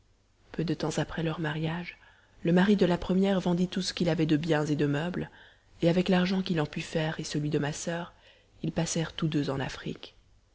peu de temps après leur mariage le mari de la première vendit tout ce qu'il avait de biens et de meubles et avec l'argent qu'il en put faire et celui de ma soeur ils passèrent tous deux en afrique